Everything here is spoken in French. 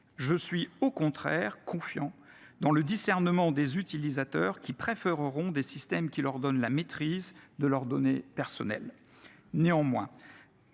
Je suis, au contraire, confiant dans le discernement des utilisateurs, qui préféreront des systèmes qui leur donnent la maîtrise de leurs données personnelles.